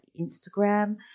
Instagram